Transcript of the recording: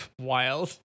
wild